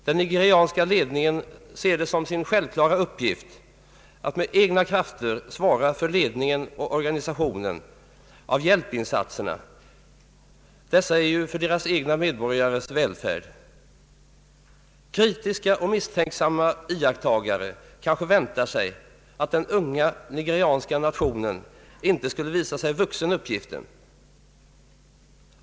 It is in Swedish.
Den nigerianska ledningen ser det som sin självkla ra uppgift att med egna krafter svara för ledningen och organisationen av hjälpinsatserna. Dessa är ju till för deras egna medborgares välfärd. Kritiska och misstänksamma iakttagare kanske väntade sig att den unga nigerianska nationen inte skulle visa sig vuxen uppgiften.